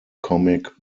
comic